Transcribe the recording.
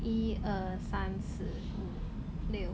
一二三四五六